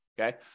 okay